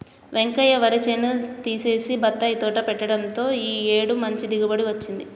వెంకయ్య వరి చేను తీసేసి బత్తాయి తోట పెట్టడంతో ఈ ఏడు మంచి దిగుబడి వచ్చింది